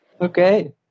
Okay